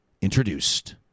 introduced